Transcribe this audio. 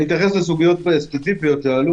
אני אתייחס לסוגיות ספציפיות שעלו.